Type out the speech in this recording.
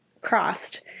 crossed